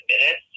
minutes